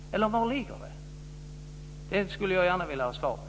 Eller vari ligger den? Det skulle jag gärna vilja ha svar på.